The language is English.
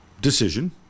decision